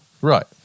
Right